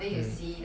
mm